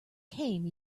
came